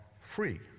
free